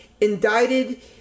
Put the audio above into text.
indicted